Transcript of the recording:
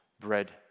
bread